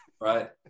right